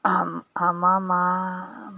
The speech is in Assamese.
আমাৰ মা